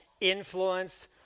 influenced